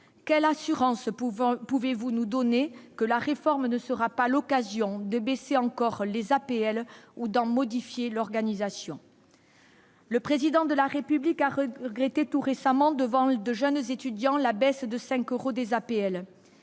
quelles assurances pouvons, pouvez-vous nous donner que la réforme ne sera pas l'occasion de baisser encore les APL ou d'en modifier l'organisation. Le président de la République a regretté tout récemment devant l'de jeunes étudiants, la baisse de 5 euros des APL,